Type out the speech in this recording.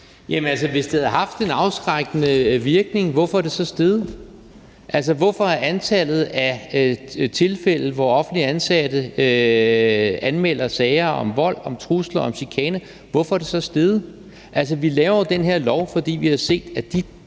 hvis det havde haft en afskrækkende virkning, hvorfor er det så steget? Hvorfor er antallet af tilfælde, hvor offentligt ansatte anmelder sager om vold, trusler og chikane, så steget? Altså, vi laver jo den her lov, fordi vi har set, at de